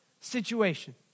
situation